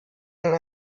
einen